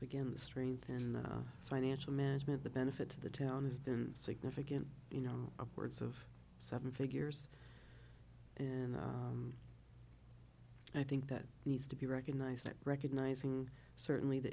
the strength and its financial management the benefit to the town has been significant you know upwards of seven figures and i think that needs to be recognized recognizing certainly the